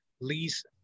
Lease